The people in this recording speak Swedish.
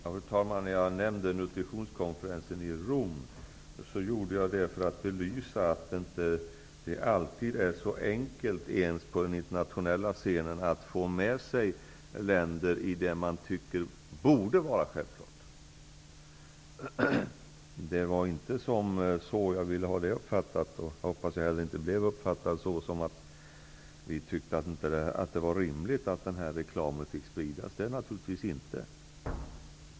Fru talman! Jag nämnde nutritionskonferensen i Rom för att belysa att det inte alltid är så enkelt, ens på den internationella scenen, att få med sig länder i det man tycker borde vara självklart. Jag ville inte att det skulle uppfattas som att vi tyckte att det är rimligt att denna reklam fick spridas. Så är det naturligtvis inte.